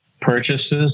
purchases